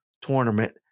tournament